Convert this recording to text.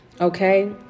okay